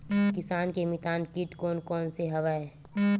किसान के मितान कीट कोन कोन से हवय?